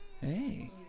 Hey